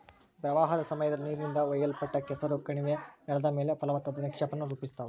ಪ್ರವಾಹದ ಸಮಯದಲ್ಲಿ ನೀರಿನಿಂದ ಒಯ್ಯಲ್ಪಟ್ಟ ಕೆಸರು ಕಣಿವೆ ನೆಲದ ಮೇಲೆ ಫಲವತ್ತಾದ ನಿಕ್ಷೇಪಾನ ರೂಪಿಸ್ತವ